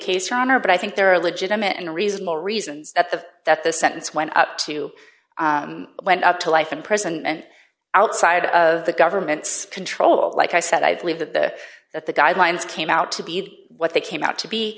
honor but i think there are legitimate and reasonable reasons that the that the sentence went up to went up to life in prison and outside of the government's control like i said i believe that the that the guidelines came out to be what they came out to be